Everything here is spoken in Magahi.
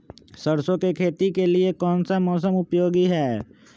सरसो की खेती के लिए कौन सा मौसम उपयोगी है?